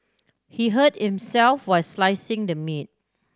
he hurt himself while slicing the meat